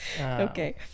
Okay